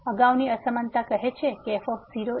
અગાઉની અસમાનતા કહે છે કે f03